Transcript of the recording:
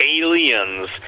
aliens